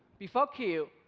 before q,